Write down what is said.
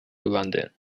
london